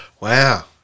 Wow